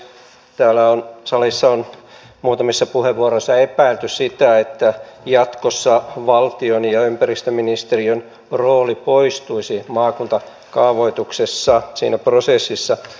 täällä salissa on muutamissa puheenvuoroissa epäilty sitä että jatkossa valtion ja ympäristöministeriön rooli poistuisi maakuntakaavoituksessa siinä prosessissa